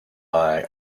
eye